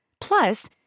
Plus